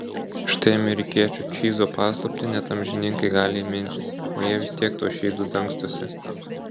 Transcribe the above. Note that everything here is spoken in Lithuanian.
štai amerikiečių čyzo paslaptį net amžininkai gali įminti o jie vis tiek tuo šydu dangstosi